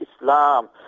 Islam